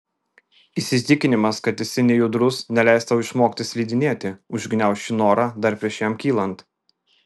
įsitikinimas kad esi nejudrus neleis tau išmokti slidinėti užgniauš šį norą dar prieš jam kylant